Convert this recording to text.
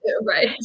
Right